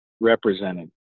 represented